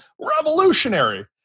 revolutionary